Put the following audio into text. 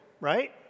right